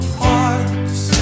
parts